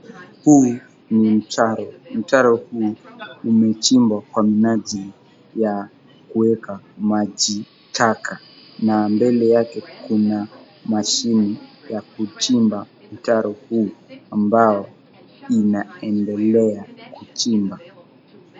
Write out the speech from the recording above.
Huu ni mtaro, mtaro huu umechimbwa kwa minajili ya kuweka maji taka na mbele yake kuna mashini ya kuchimba mtaro huu ambao inaendelea kuchimba.